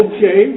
Okay